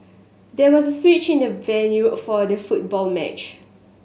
there was a switch in the venue for the football match